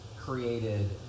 created